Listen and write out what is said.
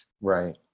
Right